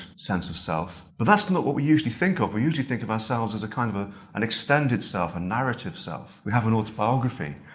sense of self. but that's not what we usually think of, we usually think of ourselves as a kind of ah an extended self, a narrative self. we have an autobiography.